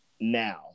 now